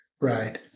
Right